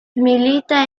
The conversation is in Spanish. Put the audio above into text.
milita